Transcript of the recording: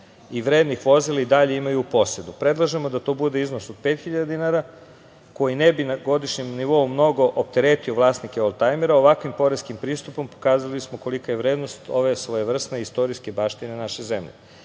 i vrednih vozila i dalje imaju u posedu. Predlažemo da to bude iznos od pet hiljada dinara koji ne bi na godišnjem nivou mnogo opteretio vlasnike oldtajmera. Ovakvim poreskim pristupom pokazali bismo kolika je vrednost ove svojevrsne istorijske baštine naše zemlje.